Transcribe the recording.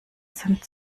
sind